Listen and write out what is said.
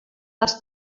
els